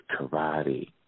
karate